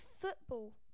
football